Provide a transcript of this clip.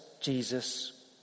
Jesus